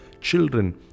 children